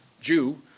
Jew